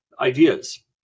ideas